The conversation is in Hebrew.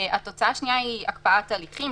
התוצאה השנייה היא הקפאת הליכים,